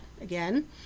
again